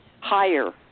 higher